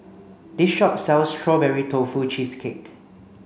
this shop sells strawberry tofu cheesecake